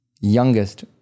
youngest